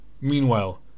Meanwhile